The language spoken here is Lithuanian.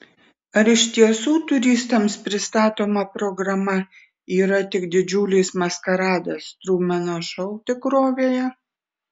ar iš tiesų turistams pristatoma programa yra tik didžiulis maskaradas trumeno šou tikrovėje